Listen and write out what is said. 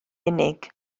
unig